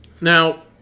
Now